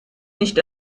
nicht